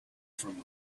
from